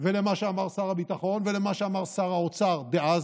ולמה שאמר שר הביטחון ולמה שאמר שר האוצר דאז,